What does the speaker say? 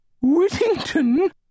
Whittington